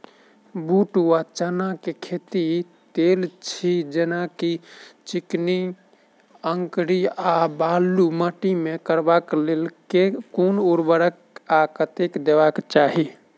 बूट वा चना केँ खेती, तेल छी जेना की चिकनी, अंकरी आ बालू माटि मे करबाक लेल केँ कुन उर्वरक आ कतेक देबाक चाहि?